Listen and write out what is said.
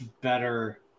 better